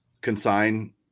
consign